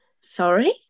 Sorry